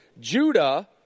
Judah